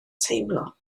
teimlo